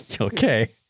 okay